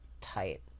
tight